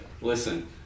listen